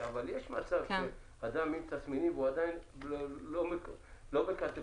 --- יש מצב שאדם עם תסמינים והוא עדיין לא בקטגוריה,